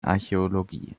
archäologie